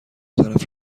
طرف